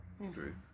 Andrew